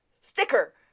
sticker